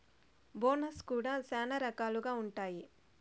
bonus కూడా శ్యానా రకాలుగా ఉంటాయి